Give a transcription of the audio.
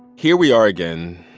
here we are again